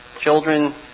children